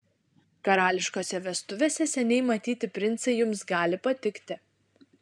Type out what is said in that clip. karališkose vestuvėse seniai matyti princai jums gali patikti